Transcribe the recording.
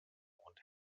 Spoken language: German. und